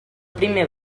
primer